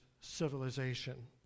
civilization